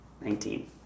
Nineteen